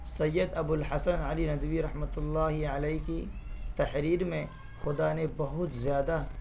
سید ابو الحسن علی ندوی رحمۃُ اللّہ علیہ کی تحریر میں خدا نے بہت زیادہ